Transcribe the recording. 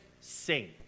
sing